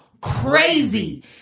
crazy